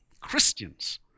Christians